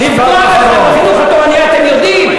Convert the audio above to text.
לפגוע בחינוך התורני אתם יודעים.